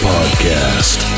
Podcast